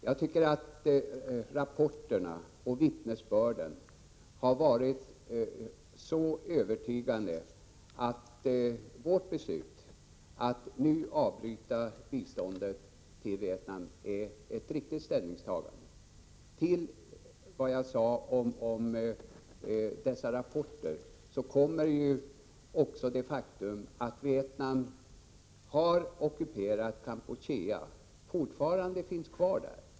Jag tycker att rapporterna och vittnesbörden har varit så övertygande att vårt beslut att nu avbryta biståndet till Vietnam är ett riktigt ställningstagande. Till det jag sade om dessa rapporter kommer också det faktum att Vietnam har ockuperat Kampuchea och fortfarande finns kvar där.